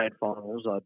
finals